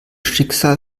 schicksal